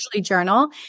journal